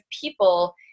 people